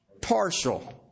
partial